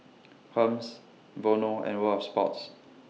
Hermes Vono and World of Sports